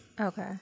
Okay